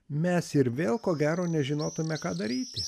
mes ir vėl ko gero nežinotume ką daryti